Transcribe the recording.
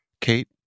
Kate